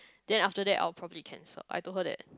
then after that I will probably cancel I told her that